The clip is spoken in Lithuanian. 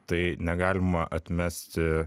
tai negalima atmesti